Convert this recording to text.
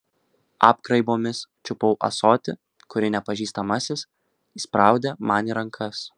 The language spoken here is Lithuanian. apgraibomis čiupau ąsotį kurį nepažįstamasis įspraudė man į rankas